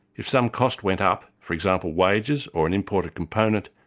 if some cost went up, for example wages or an imported component,